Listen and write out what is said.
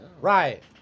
Right